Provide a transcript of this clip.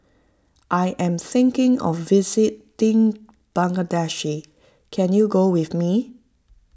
I am thinking of visiting Bangladesh can you go with me